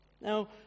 Now